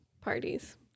parties